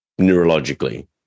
neurologically